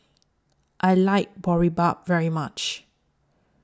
I like Boribap very much